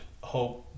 hope